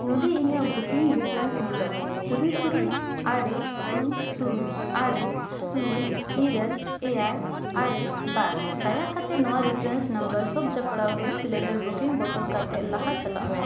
ᱱᱚᱰᱮ ᱤᱧᱟᱹᱜ booking reference number ᱛᱩᱨᱩᱭ ᱛᱩᱨᱩᱭ ᱟᱨᱮ ᱥᱩᱱ ᱥᱩᱱ ᱟᱨᱮ ᱥᱩᱱ ᱤᱨᱟᱹᱞ ᱮᱭᱟᱭ ᱟᱨᱮ ᱵᱟᱨ ᱫᱟᱭᱟ ᱠᱟᱛᱮᱫ ᱱᱚᱣᱟ ᱨᱤᱯᱷᱟᱨᱮᱱᱥ ᱱᱟᱢᱵᱟᱨ ᱥᱚᱵ ᱡᱚᱯᱲᱟᱣ ᱜᱮᱭᱟ ᱜᱮᱥ ᱥᱤᱞᱤᱱᱰᱟᱨ ᱵᱩᱠᱤᱝ ᱵᱚᱫᱚᱞ ᱠᱟᱛᱮᱫ ᱞᱟᱦᱟ ᱪᱟᱞᱟᱜ ᱢᱮ